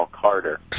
Carter